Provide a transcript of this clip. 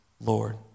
Lord